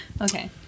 Okay